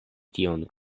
tion